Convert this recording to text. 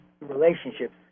relationships